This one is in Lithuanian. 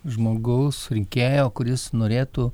žmogaus rinkėjo kuris norėtų